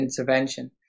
intervention